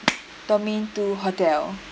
domain two hotel